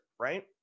right